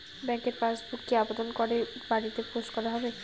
ব্যাংকের পাসবুক কি আবেদন করে বাড়িতে পোস্ট করা হবে?